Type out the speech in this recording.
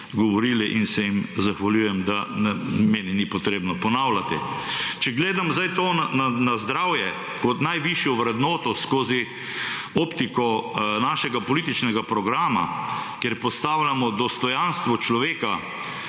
govorili in se jim zahvaljujem, da meni ni potrebno ponavljati. Če gledam zdaj to na zdravje kot najvišjo vrednoto skozi optiko našega političnega programa, kjer postavljamo dostojanstvo človeka